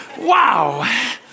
Wow